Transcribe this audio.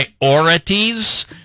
priorities